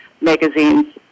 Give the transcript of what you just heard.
magazines